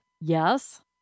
yes